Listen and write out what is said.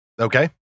okay